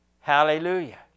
Hallelujah